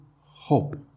hope